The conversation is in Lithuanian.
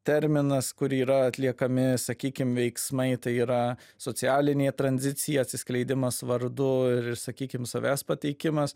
terminas kur yra atliekami sakykim veiksmai tai yra socialinė tranzicija atsiskleidimas vardu ir sakykim savęs pateikimas